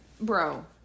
Bro